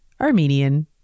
Armenian